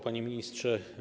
Panie Ministrze!